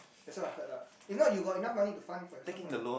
that's what I heard lah if not you got enough money to fund for yourself meh